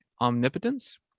omnipotence